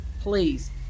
please